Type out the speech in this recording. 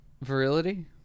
virility